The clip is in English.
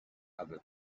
other